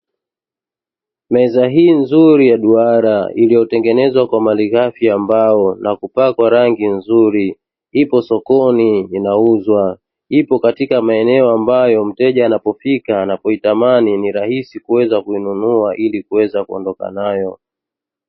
Meza hii nzuri ya duara, iliyo tengenezwa kwa malighafi ya mbao na kupakwa rangi nzuri, ipo sokoni inauzwa. Ipo katika maeneo ambayo, mteja anapopita anapoitamani, ni rahisi kuweza kununua ili kuweza kuondoka nayo.